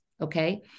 Okay